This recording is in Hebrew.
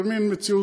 זו מין מציאות,